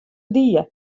die